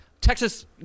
Texas